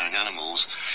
animals